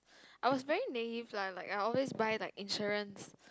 I was very naive lah I always buy like insurance